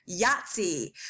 Yahtzee